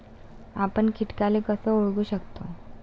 आपन कीटकाले कस ओळखू शकतो?